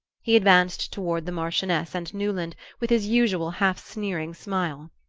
he advanced toward the marchioness and newland with his usual half-sneering smile.